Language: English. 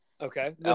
Okay